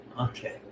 okay